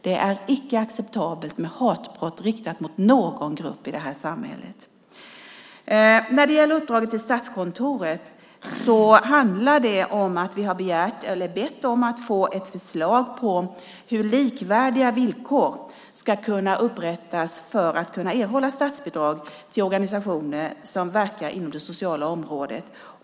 Det är icke acceptabelt med hatbrott riktat mot någon grupp i samhället. Uppdraget till Statskontoret handlar om att vi har bett om att få ett förslag på hur likvärdiga villkor för att erhålla statsbidrag kan upprättas för organisationer som verkar inom det sociala området.